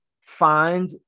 find